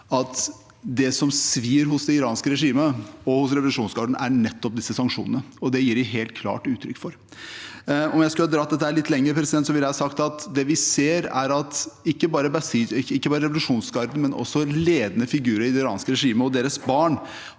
at det som svir hos det iranske regimet og hos revolusjonsgarden, er nettopp disse sanksjonene, og det gir de helt klart uttrykk for. Om jeg skulle dratt dette litt lenger, ville jeg sagt at det vi ser, er at ikke bare revolusjonsgarden, men også ledende figurer i det iranske regimet og deres barn